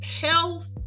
health